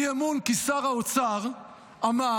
אי-אמון כי שר האוצר אמר,